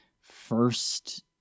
first